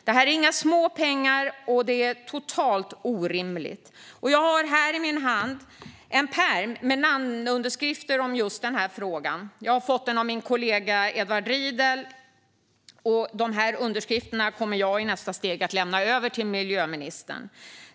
Det är inga småpengar, och det är totalt orimligt. Jag har i min hand en pärm med namnunderskrifter. Jag har fått den av min kollega Edward Riedl, och jag kommer i nästa steg att lämna över den till miljöministern.